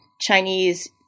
Chinese